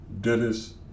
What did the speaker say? Dennis